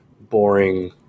boring